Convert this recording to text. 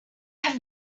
have